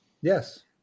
Yes